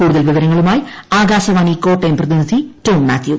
കൂടുതൽ വിവരങ്ങളുമായി ആകാശവാണി കോട്ടയം പ്രതിനിധി ടോം മാത്യു